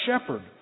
shepherd